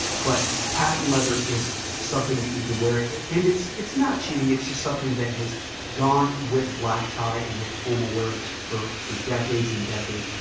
but patent leather is something that you could wear and it's it's not cheating. it's just something that has gone with black tie and with formal wear for for decades and decades.